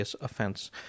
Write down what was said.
offence